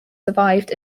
survived